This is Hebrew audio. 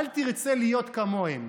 אל תרצה להיות כמוהם.